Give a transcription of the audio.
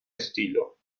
estilo